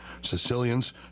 Sicilians